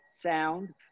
sound